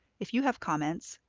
if you have comments,